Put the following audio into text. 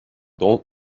dont